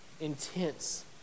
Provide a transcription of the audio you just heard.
intense